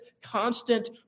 constant